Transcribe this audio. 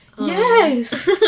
yes